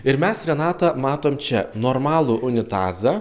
ir mes renata matom čia normalų unitazą